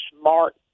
smart